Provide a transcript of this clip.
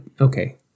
Okay